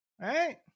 Right